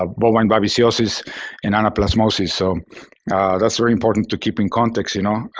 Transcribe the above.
ah bovine babesiosis and anaplasmosis. so that's very important to keep in context, you know,